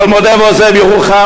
אבל מודה ועוזב ירוחם.